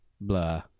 Blah